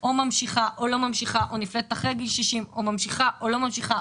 או ממשיכה או לא ממשיכה או נפלטת אחרי גיל 60 או ממשיכה או לא ממשיכה,